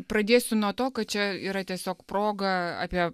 pradėsiu nuo to kad čia yra tiesiog proga apie